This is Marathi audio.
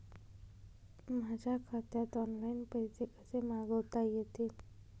माझ्या खात्यात ऑनलाइन पैसे कसे मागवता येतील?